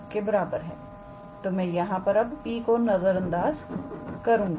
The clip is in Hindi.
के बराबर है मैं यहां पर अब P को नजर अंदाज़ करूंगी